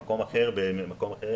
במקום אחר,